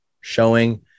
showing